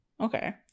okay